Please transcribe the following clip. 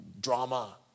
drama